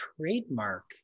trademark